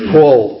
Paul